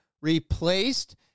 replaced